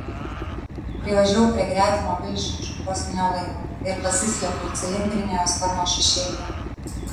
privažiavau prie gretimo milžiniško kosminio laivo ir pasislėpiau cilindrinio jo sparno šešėlyje